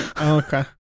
Okay